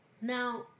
Now